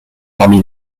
parmi